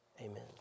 Amen